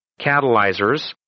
catalyzers